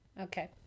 Okay